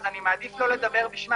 ואני מעדיף לא לדבר בשמם.